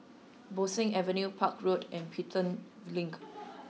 Bo Seng Avenue Park Road and Pelton Link